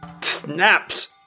snaps